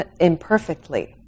imperfectly